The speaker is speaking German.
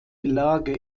lage